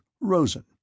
Rosen